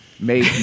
made